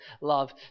love